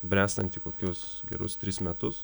bręstanti kokius gerus tris metus